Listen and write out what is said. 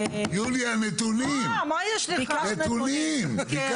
יוליה, ביקשת נתונים.